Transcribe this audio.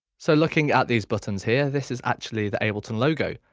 so looking at these buttons here this is actually the ableton logo.